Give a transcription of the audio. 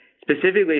specifically